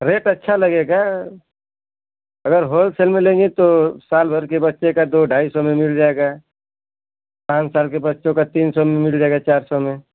rate अच्छा लगेगा अगर होलसेल में लेंगी तो साल भर के बच्चे का दो ढाई सौ में मिल जायेगा पाँच साल के बच्चों का तीन सौ में मिल जायेगा चार सौ में